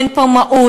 אין פה מהות,